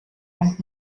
und